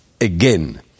again